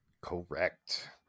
Correct